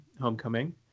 homecoming